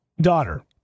daughter